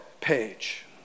page